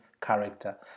character